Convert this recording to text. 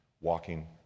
walking